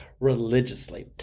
religiously